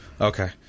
okay